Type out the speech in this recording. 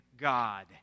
God